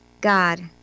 God